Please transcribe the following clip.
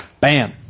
bam